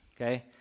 Okay